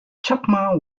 chapman